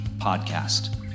Podcast